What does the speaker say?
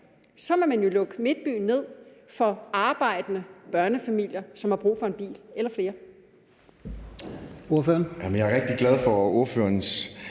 – vil man jo lukke midtbyen ned for arbejdende børnefamilier, som har brug for en bil eller flere.